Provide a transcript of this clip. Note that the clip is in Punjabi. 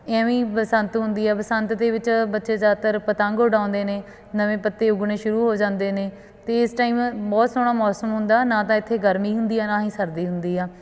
ਐਵੇਂ ਹੀ ਬਸੰਤ ਹੁੰਦੀ ਆ ਬਸੰਤ ਦੇ ਵਿੱਚ ਬੱਚੇ ਜ਼ਿਆਦਾਤਰ ਪਤੰਗ ਉਡਾਉਂਦੇ ਨੇ ਨਵੇਂ ਪੱਤੇ ਉੱਗਣੇ ਸ਼ੁਰੂ ਹੋ ਜਾਂਦੇ ਨੇ ਅਤੇ ਇਸ ਟਾਈਮ ਬਹੁਤ ਸੋਹਣਾ ਮੌਸਮ ਹੁੰਦਾ ਨਾ ਤਾਂ ਇੱਥੇ ਗਰਮੀ ਹੁੰਦੀ ਆ ਨਾ ਹੀ ਸਰਦੀ ਹੁੰਦੀ ਆ